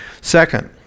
Second